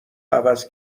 عوض